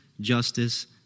justice